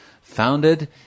founded